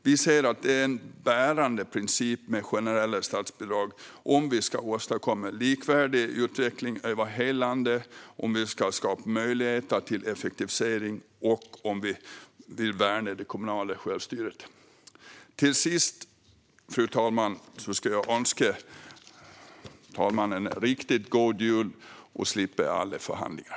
Generella statsbidrag är en bärande princip om vi ska åstadkomma likvärdig utveckling över hela landet, om vi ska skapa möjligheter till effektivisering och om vi vill värna det kommunala självstyret. Fru talman! Till sist önskar jag talmannen en riktigt god jul och att slippa alla förhandlingar.